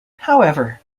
however